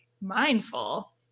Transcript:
mindful